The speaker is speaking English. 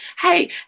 Hey